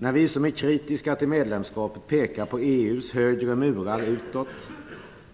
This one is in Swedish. När vi som är kritiska till medlemskapet pekar på EU:s högre murar utåt,